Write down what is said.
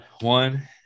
One